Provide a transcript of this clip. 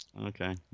Okay